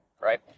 right